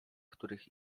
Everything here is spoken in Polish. których